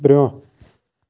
برٛونٛہہ